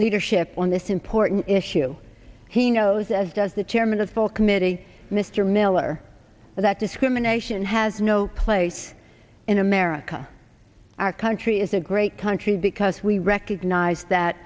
leadership on this important issue he knows as does the chairman of the full committee mr miller that discrimination has no place in america our country is a great country because we recognize that